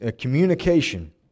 communication